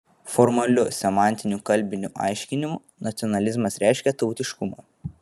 formaliu semantiniu kalbiniu aiškinimu nacionalizmas reiškia tautiškumą